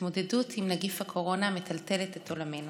ההתמודדות עם נגיף הקורונה מטלטלת את עולמנו.